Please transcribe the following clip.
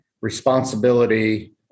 responsibility